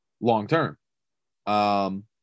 long-term